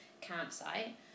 Campsite